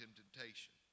temptation